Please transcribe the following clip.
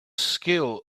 skill